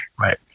Right